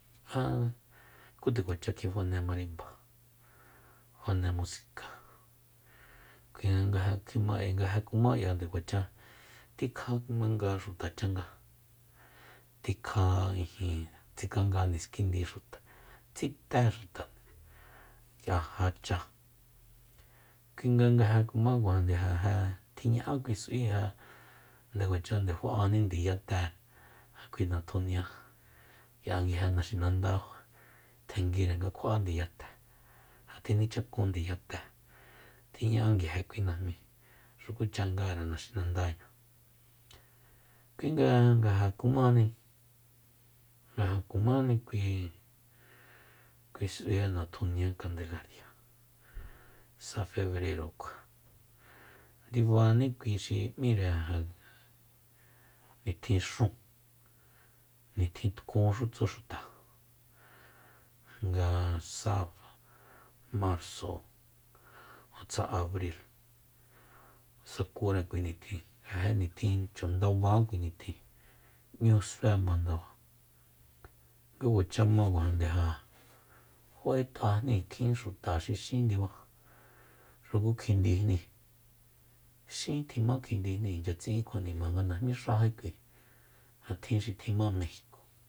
An ku nde kuacha kjifane marimba fane musika kuinga nga ja kjima nga ja kuma k'ia nde kuacha tikja manga xuta changa tikja ijin tsikanga niskindi xuta tsité xuta k'ia ja cha kuinga nga ja kuma kuajande ja je tjiña'a kui s'ui je nde kuacha nde fa'ani ndiyate ja kui natjunia k'ia nguije naxinanda tjenguira nga kjua'a ndiyate ja tjinichakun ndiyate tjiña'a nguije kui najmíi xukucha ngare naxinandaña ku nga ja kumani kui- kui s'aui'e natjunia kandelaria sa febrerokua ndibani xi m'íre ja kui nitjin xúun nitjin tkunxu tsu xuta nga sa marso tsa abri sakure kui nitjin ja janitjin chundaba kui nitjin 'ñu sué ma ndaba ku kuacha ma kuajande ja fa'et'ajni kjin xuta xin ndiba xuku kjindijni xín tjima kjindijni inchya tsi'in kjuanima najmí xají k'ui ja tjin xi tjima mejiko